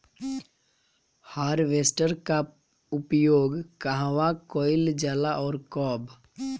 Harvester का उपयोग कहवा कइल जाला और कब?